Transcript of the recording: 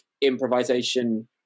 improvisation